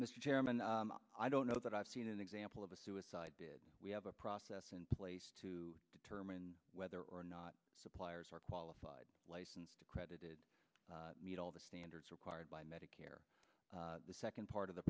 chairman i don't know that i've seen an example of a suicide did we have a process in place to determine whether or not suppliers are qualified licensed accredited to meet all the standards required by medicare the second part of the